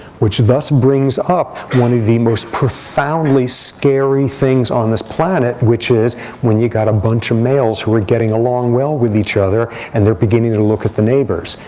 which thus brings up one of the most profoundly scary things on this planet, which is when you've got a bunch of males who are getting along well with each other. and they're beginning to look at the neighbors,